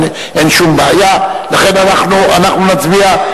אין שום בעיה, לכן אנחנו נצביע.